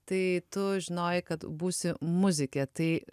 tai tu žinojai kad būsi muzikė tai